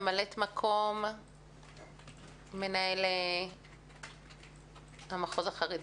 ממלאת מקום מנהל המחוז החרדי.